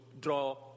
draw